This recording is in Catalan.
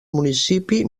municipi